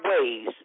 ways